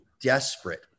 desperate